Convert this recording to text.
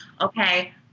Okay